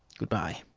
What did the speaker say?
good-bye!